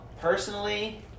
Personally